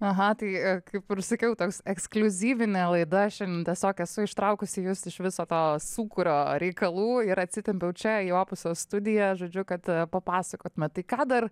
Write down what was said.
aha tai kaip ir sakiau toks ekskliuzyvinė laida šiandien tiesiog esu ištraukusi jus iš viso to sūkurio reikalų ir atsitempiau čia į opuso studiją žodžiu kad papasakotumėt tai ką dar